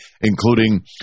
including